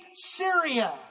Syria